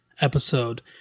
episode